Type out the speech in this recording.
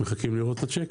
מחכים לראות את השיק.